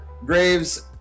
graves